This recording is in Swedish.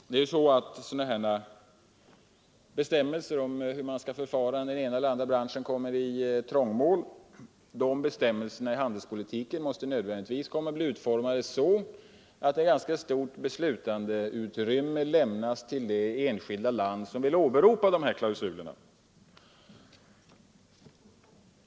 Bestämmelser i handelspolitiken om hur man skall förfara när den ena eller andra branschen kommer i trångmål måste nödvändigtvis vara utformade så att ett ganska stort beslutandeutrymme lämnas till det enskilda land som vill åberopa klausulerna.